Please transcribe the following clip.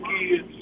kids